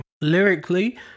Lyrically